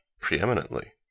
preeminently